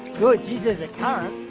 good, geez there's a current.